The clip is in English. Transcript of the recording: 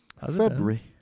February